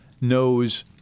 knows